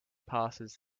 passes